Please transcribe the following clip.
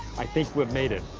i think we've made it.